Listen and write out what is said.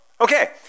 okay